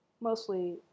mostly